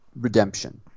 redemption